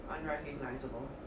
unrecognizable